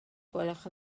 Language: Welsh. gwelwch